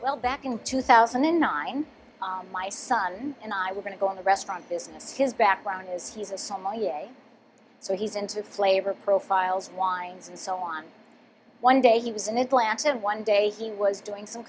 well back in two thousand and nine my son and i were going to go in the restaurant business his background is he's a summer yay so he's into a flavor profiles wines and so on one day he was in atlanta one day he was doing some